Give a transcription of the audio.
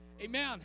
Amen